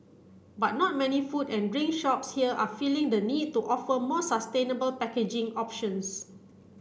but not many food and drink shops here are feeling the need to offer more sustainable packaging options